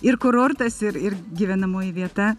ir kurortas ir ir gyvenamoji vieta